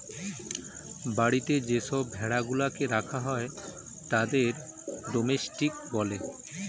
বাড়িতে যে সব ভেড়া গুলাকে রাখা হয় তাদের ডোমেস্টিক বলে